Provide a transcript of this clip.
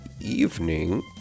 evening